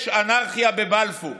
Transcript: יש אנרכיה בבלפור,